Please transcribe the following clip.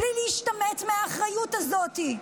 בלי להשתמט מהאחריות הזאת.